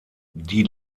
die